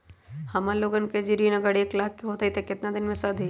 हमन लोगन के जे ऋन अगर एक लाख के होई त केतना दिन मे सधी?